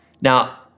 Now